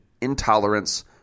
intolerance